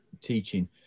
teaching